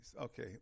Okay